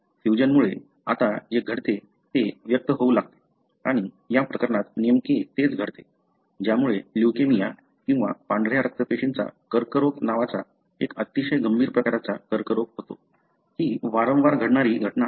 fusion मुळे आता जे घडते ते व्यक्त होऊ लागते आणि या प्रकरणात नेमके तेच घडते ज्यामुळे ल्युकेमिया किंवा पांढऱ्या रक्तपेशींचा कर्करोग नावाचा एक अतिशय गंभीर प्रकारचा कर्करोग होतो जिथे ही वारंवार घडणारी घटना आहे